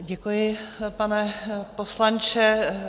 Děkuji, pane poslanče.